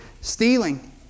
stealing